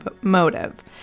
motive